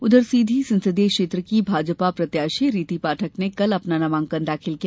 उधर सीधी संसदीय क्षेत्र की भाजपा प्रत्याशी रीति पाठक ने कल अपना नामांकन दाखिल किया